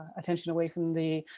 attention away from the